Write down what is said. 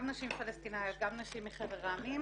גם נשים פלשתינאיות גם נשים מחבר העמים.